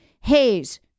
Hayes